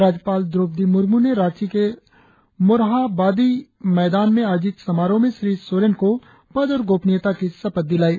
राज्यपाल द्रोपदी मुर्मू ने रांची के मोरहाबादी मैदान में आयोजित समारोह में श्री सोरेन को पद और गोपनीयता की शपथ दिलायी